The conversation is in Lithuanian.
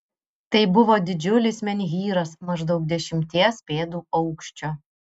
tai buvo didžiulis menhyras maždaug dešimties pėdų aukščio